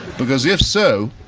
because if so,